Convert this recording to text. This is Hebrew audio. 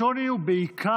השוני הוא בעיקר